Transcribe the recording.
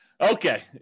Okay